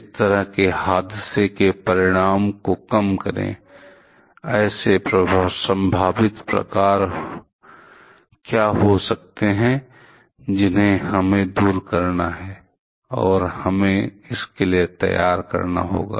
इस तरह के हादसे के परिणाम को कम करें ऐसे संभावित प्रकार क्या हो सकते हैं जिन्हें हमें दूर करना है और हमें इसके लिए तैयार करना होगा